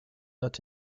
not